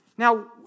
Now